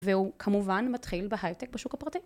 והוא כמובן מתחיל בהייטק בשוק הפרטי